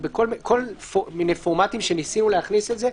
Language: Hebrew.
בכל פורמטים שניסינו להכניס את זה,